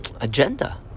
agenda